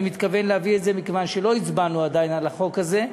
אני מתכוון להביא את זה מכיוון שלא הצבענו עדיין על החוק הזה.